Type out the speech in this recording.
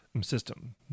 System